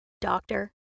doctor